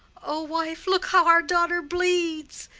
o wife, look how our daughter bleeds!